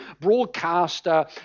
broadcaster